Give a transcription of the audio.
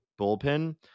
bullpen